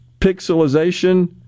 pixelization